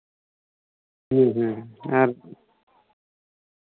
ᱦᱮᱸ ᱦᱮᱸ ᱟᱨ